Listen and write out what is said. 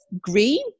green